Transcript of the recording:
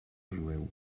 jueu